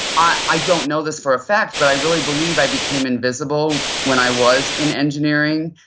i don't know this for a fact but i really believe i became invisible when i was in engineering.